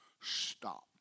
Stop